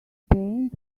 paint